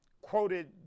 quoted